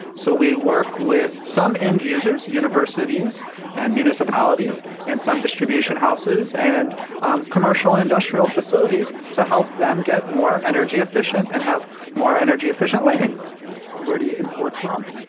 so we work with some end users, universities and municipalities and some distribution houses and um commercial industrial facilities to help them get more energy efficient and have more energy efficient lighting and where do you import from?